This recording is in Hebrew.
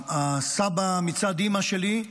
סבא מצד אימא שלי,